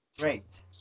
Great